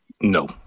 no